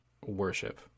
worship